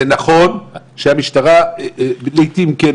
זה נכון שהמשטרה לעתים כן,